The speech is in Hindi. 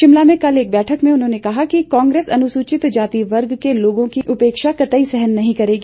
शिमला में कल एक बैठक में उन्होंने कहा कि कांग्रेस अनुसूचित जाति वर्ग के लोगों की उपेक्षा कतई सहन नहीं करेगी